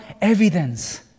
evidence